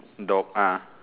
dog uh